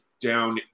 down